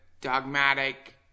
dogmatic